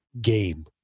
game